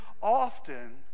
often